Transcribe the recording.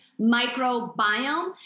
microbiome